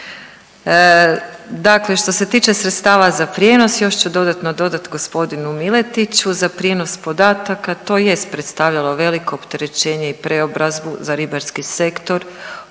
Dakle, što se tiče sredstava za prijenos još ću dodatno dodati gospodinu Miletiću za prijenos podataka to je predstavljalo veliko opterećenje i preobrazbu za ribarski sektor.